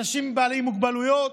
אנשים בעלי מוגבלויות,